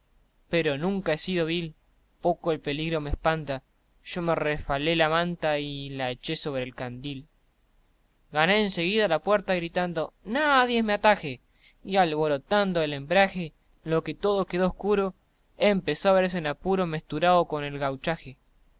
pero nunca he sido vil poco el peligro me espanta yo me refalé la manta y la eché sobre el candil gané en seguida la puerta gritando nadies me ataje y alborotado el hembraje lo que todo quedo escuro empezó a verse en apuro mesturao con el gauchaje